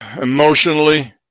Emotionally